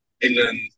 England